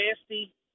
nasty